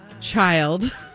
child